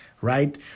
right